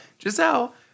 Giselle